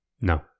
No